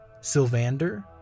sylvander